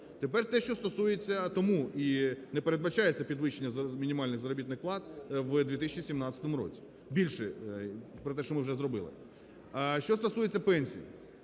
Тепер те, що стосується… Тому і не передбачається підвищення мінімальних заробітних плат в 2017 році, більше про те, що ми вже зробили. Що стосується пенсій.